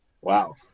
Wow